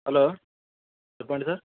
hello చెప్పండి sir